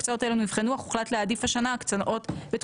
הקצאות אלו נבחנו אך הוחלט להעדיף השנה הקצאות